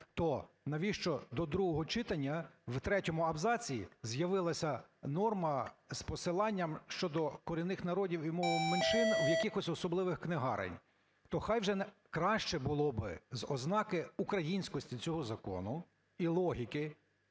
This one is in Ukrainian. то навіщо до другого читання у третьому абзаці з'явилася норма з посиланням щодо корінних народів і мови меншин в якихось особливих книгарень? То нехай вже, краще було б, з ознаки українськості цього закону і логіки,